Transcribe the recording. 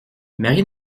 marie